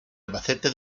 albacete